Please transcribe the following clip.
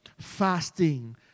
fasting